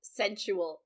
sensual